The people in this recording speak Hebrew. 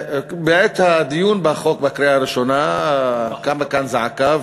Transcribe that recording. בעת הדיון בחוק בקריאה הראשונה קמה כאן זעקה,